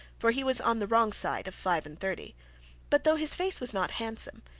for he was on the wrong side of five and thirty but though his face was not handsome,